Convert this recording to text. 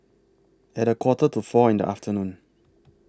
At A Quarter to four in The afternoon